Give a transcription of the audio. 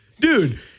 dude